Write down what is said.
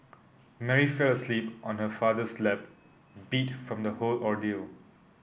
Mary fell asleep on her father's lap beat from the whole ordeal